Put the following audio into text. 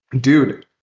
dude